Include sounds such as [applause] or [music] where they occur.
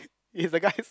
[laughs] is the guys